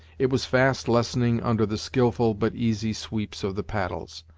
it was fast lessening under the skilful, but easy sweeps of the paddles.